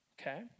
okay